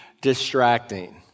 distracting